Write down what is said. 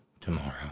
tomorrow